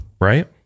right